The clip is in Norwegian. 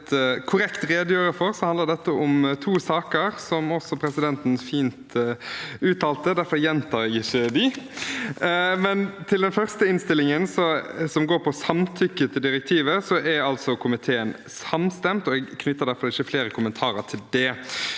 dette om to saker, som også presidenten fint uttalte. Derfor gjentar jeg ikke det. Til den første innstillingen, som går på samtykke til direktivet, er komiteen samstemt, og jeg knytter derfor ikke flere kommentarer til det.